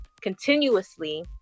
continuously